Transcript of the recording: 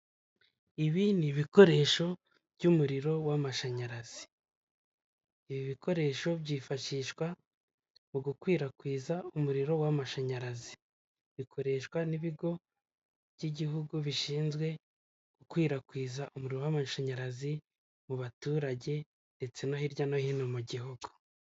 Ibi ni ibikoresho by'umuriro w'amashanyarazi. Ibi bikoresho byifashishwa mu gukwirakwiza umuriro w'amashanyarazi. Bikoreshwa n'ibigo by'igihugu bishinzwe gukwirakwiza umuriro w'amashanyarazi mu baturage, ndetse no hirya no hino mu gihugu.